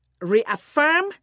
reaffirm